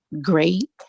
great